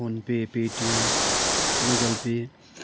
phone pay Paytm Google pay